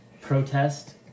protest